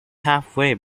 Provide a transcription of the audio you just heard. halfway